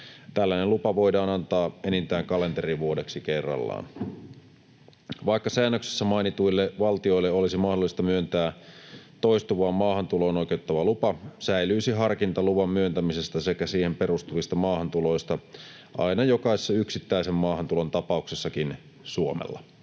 Tällainen lupa voidaan antaa enintään kalenterivuodeksi kerrallaan. Vaikka säännöksessä mainituille valtioille olisi mahdollista myöntää toistuvaan maahantuloon oikeuttava lupa, säilyisi harkinta luvan myöntämisestä sekä siihen perustuvista maahantuloista aina jokaisessa yksittäisen maahantulon tapauksessakin Suomella.